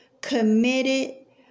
committed